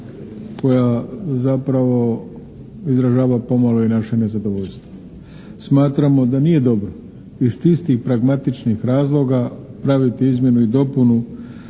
koja zapravo izražava pomalo i naše nezadovoljstvo. Smatramo da nije dobro iz čistih pragmatičnih razloga praviti izmjenu i dopunu